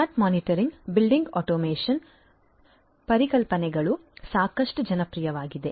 smart metering building automation ಪರಿಕಲ್ಪನೆಗಳು ಸಾಕಷ್ಟು ಜನಪ್ರಿಯವಾಗಿವೆ